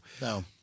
no